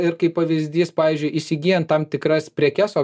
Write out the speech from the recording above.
ir kaip pavyzdys pavyzdžiui įsigyjant tam tikras prekes o